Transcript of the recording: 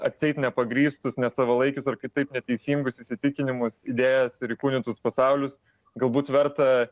atseit nepagrįstus nesavalaikius ar kitaip neteisingus įsitikinimus idėjas ir įkūnytus pasaulius galbūt verta